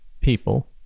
people